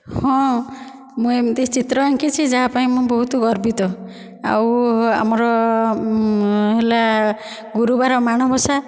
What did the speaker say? ହଁ ମୁଁ ଏମିତି ଚିତ୍ର ଆଙ୍କିଛି ଯାହା ପାଇଁ ମୁଁ ବହୁତ ଗର୍ବିତ ଆଉ ଆମର ହେଲା ଗୁରୁବାର ମାଣବସା